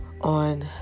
on